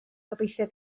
gobeithio